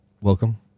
Welcome